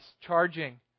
charging